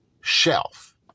shelf